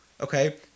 Okay